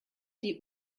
die